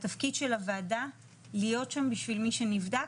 שהתפקיד של הועדה להיות שם בשביל מי שנבדק